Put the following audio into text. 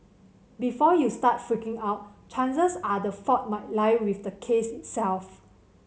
before you start freaking out chances are the fault might lie with the case itself